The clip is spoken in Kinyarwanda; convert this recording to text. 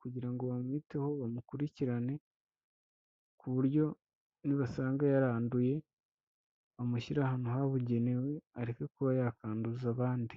kugira ngo bamwiteho bamukurikirane, ku buryo nibasanga yaranduye, bamushyira ahantu habugenewe, areke kuba yakanduza abandi.